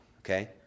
Okay